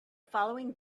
following